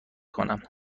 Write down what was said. کنم